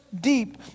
deep